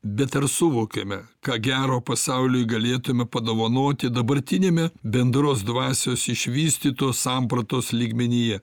bet ar suvokėme ką gero pasauliui galėtume padovanoti dabartiniame bendros dvasios išvystytos sampratos lygmenyje